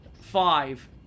five